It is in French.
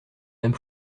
même